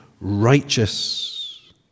righteous